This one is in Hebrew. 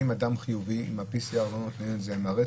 אדם חיובי עם ה-PCR לא נותן את זה מהרצף,